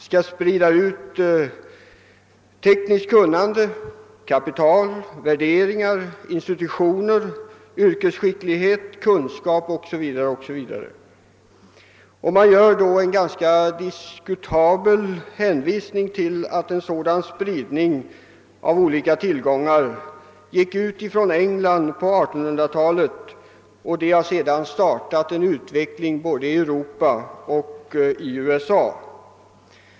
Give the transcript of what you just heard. — skall sprida tekniskt kunnande, kapital, värderingar, institutioner, yrkesskicklighet, kunskap o. s. v. Man gör då en ganska diskutabel hänvisning till att en sådan spridning av olika tillgångar skedde från England på 1800 talet, vilket sedan startade en utveckling i både Europa och USA.